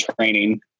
training